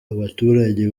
abaturage